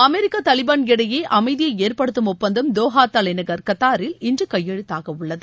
America தூலிபள் இடையே அமைதியை ஏற்படுத்தும் ஒப்பந்தம் தோஹா தலைநகர் கத்தாரில் இன்று கையெழுத்தாக உள்ளது